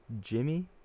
Jimmy